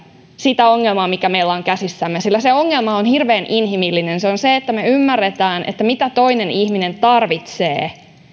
sitä ongelmaa mikä meillä on käsissämme sillä se ongelma on hirveän inhimillinen se on se että me ymmärrämme mitä toinen ihminen tarvitsee